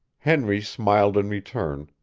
henry smiled in return,